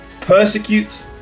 persecute